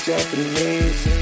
Japanese